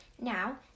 Now